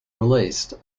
released